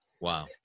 Wow